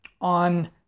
on